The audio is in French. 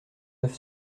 neuf